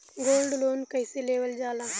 Gold loan कईसे लेवल जा ला?